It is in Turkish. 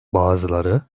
bazıları